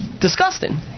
disgusting